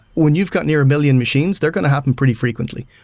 when you've got near million machines, they're going to happen pretty frequently.